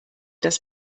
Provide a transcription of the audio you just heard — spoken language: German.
dass